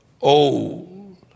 old